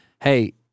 hey